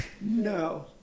No